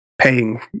paying